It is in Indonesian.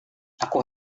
aku